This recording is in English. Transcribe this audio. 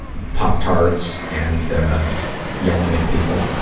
pop tarts and yelling at people.